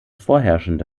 vorherrschende